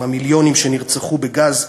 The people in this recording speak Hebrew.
על המיליונים שנרצחו בגז,